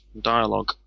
dialogue